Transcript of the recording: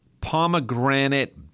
pomegranate